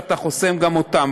ואתה חוסם גם אותם.